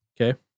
Okay